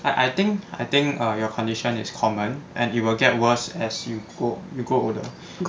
I I think I think err your condition is common and it will get worse as you grow you grow older